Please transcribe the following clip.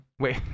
Wait